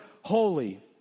holy